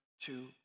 two